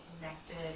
connected